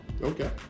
Okay